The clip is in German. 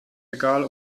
egal